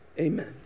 Amen